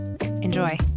Enjoy